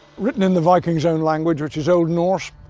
written in the vikings' own language which is old norse.